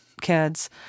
kids